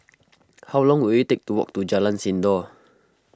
how long will it take to walk to Jalan Sindor